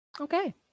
okay